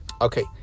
Okay